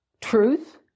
truth